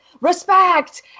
respect